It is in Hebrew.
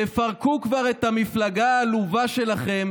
תפרקו כבר את המפלגה העלובה שלכם